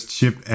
Chip